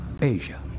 Asia